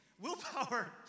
Willpower